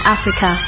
Africa